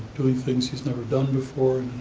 doing things he's never done before,